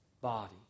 body